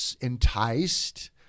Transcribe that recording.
enticed